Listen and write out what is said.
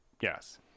Yes